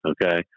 Okay